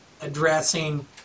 addressing